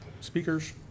speakers